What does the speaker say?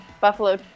Buffalo